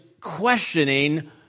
questioning